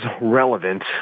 relevant